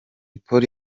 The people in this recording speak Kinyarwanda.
polly